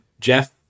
Jeff